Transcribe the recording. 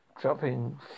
dropping